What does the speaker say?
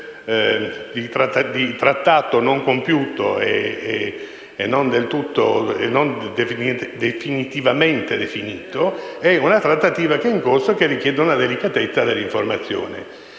di Trattato non compiuto e non definitivamente definito e con una trattativa che è in corso e che richiede delicatezza nell'informazione.